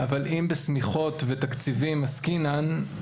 אבל אם בסמיכות ותקציבים עסקינן,